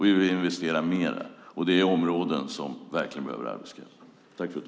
Vi vill investera mera, och det är områden som verkligen behöver arbetskraft.